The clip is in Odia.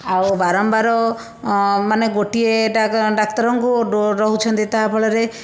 ଆଉ ବାରମ୍ବାର ମାନେ ଗୋଟିଏ ଡ଼ାକ ଡ଼ାକ୍ତରଙ୍କୁ ଡୋର ରହୁଛନ୍ତି ତାହା ଫଳରେ